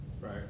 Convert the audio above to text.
Right